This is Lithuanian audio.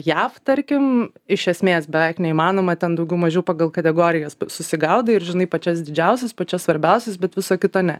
jav tarkim iš esmės beveik neįmanoma ten daugiau mažiau pagal kategorijas susigaudai ir žinai pačias didžiausias pačias svarbiausias bet viso kito ne